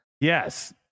Yes